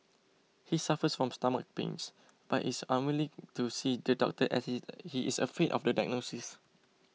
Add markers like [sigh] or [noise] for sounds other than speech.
he suffers from stomach pains but is unwilling to see the doctor as [noise] he is afraid of the diagnosis